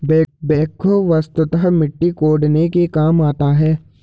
backhoe वस्तुतः मिट्टी कोड़ने के काम आता है